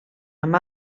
amb